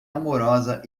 amorosa